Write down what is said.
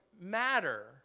matter